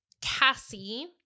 Cassie